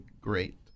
great